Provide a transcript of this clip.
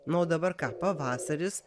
na o dabar ką pavasaris